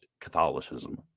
Catholicism